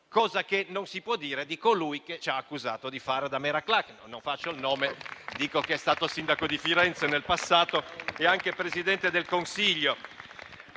cosa che non si può dire di colui che ci ha accusato di fare da mera *claque*. Non ne faccio il nome, ma dico che è stato sindaco di Firenze e nel passato anche Presidente del Consiglio;